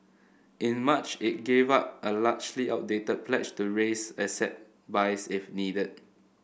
in March it gave up a largely outdated pledge to raise asset buys if needed